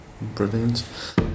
brilliant